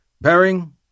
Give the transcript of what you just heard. Bearing